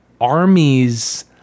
armies